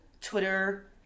Twitter